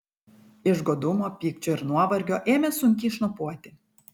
iš godumo pykčio ir nuovargio ėmė sunkiai šnopuoti